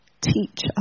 Teach